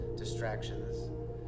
distractions